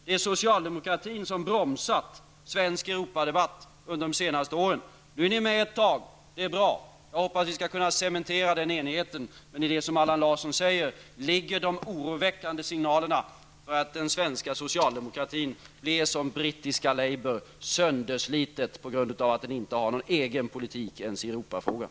Det är socialdemokratin som bromsat svensk Europadebatt under de senaste åren. Nu är ni med ett tag. Det är bra, och jag hoppas att vi skall kunna cementera den enigheten. Men i det som Allan Larsson säger ligger de oroväckande signalerna om att den svenska socialdemokratin blir som brittiska labour -- söndrad på grund av att den inte har någon egen politik ens i Europafrågan.